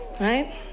right